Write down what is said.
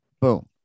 boom